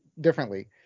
Differently